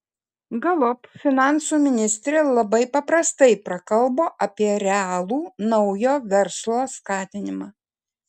galop finansų ministrė labai paprastai prakalbo apie realų naujo verslo skatinimą